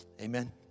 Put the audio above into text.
Amen